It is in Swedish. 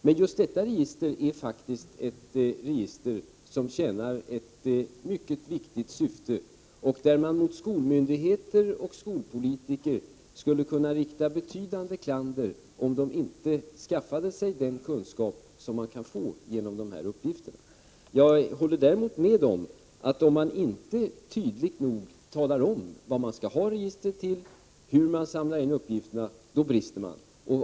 Men just detta är faktiskt ett register, som tjänar ett mycket viktigt syfte och där man mot skolmyndigheter och skolpolitiker skulle kunna rikta betydande klander, om de inte skaffade sig den kunskap som de kan få genom dessa uppgifter. Jag håller däremot med om att det är fråga om brist på information, om maninte tydligt nog talar om vad man skall ha register till och hur man samlar in uppgifterna.